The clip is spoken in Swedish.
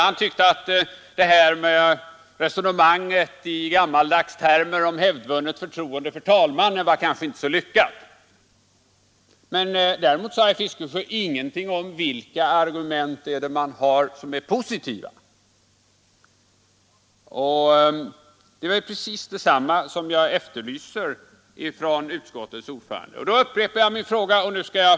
Han tyckte att resonemanget i gammaldags termer om hävdvunnet förtroende för talmannen kanske inte var så särskilt lyckat. Däremot sade herr Fiskesjö ingenting om de positiva argumenten. Det är sådana argument jag efterlyst också från utskottets ordförande. Nu upprepar jag min fråga.